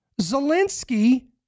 Zelensky